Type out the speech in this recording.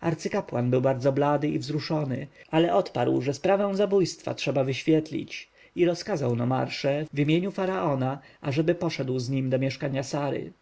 arcykapłan był bardzo blady i wzruszony ale odparł że sprawę zabójstwa trzeba wyświetlić i rozkazał nomarsze w imieniu faraona ażeby poszedł z nim do mieszkania sary